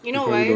you know why